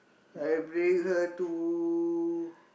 I bring her to